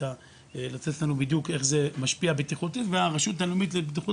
לתת לנו בדיוק איך זה משפיע בטיחותית והרשות הלאומית לבטיחות